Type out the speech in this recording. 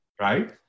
right